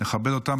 ולכבד אותם.